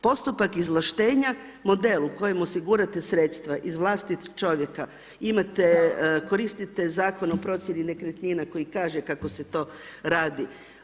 Postupak izvlaštenja, model u kojem osigurate sredstva izvlastiti čovjeka, imate, koristite Zakon o procjeni nekretnina koji kaže kako se to radi.